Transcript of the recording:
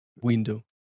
window